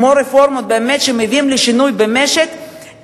כמו רפורמות שמביאות לשינוי במשק,